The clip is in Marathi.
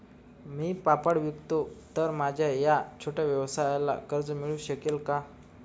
मी पापड विकतो तर माझ्या या छोट्या व्यवसायाला कर्ज मिळू शकेल का?